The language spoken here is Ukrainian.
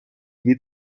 від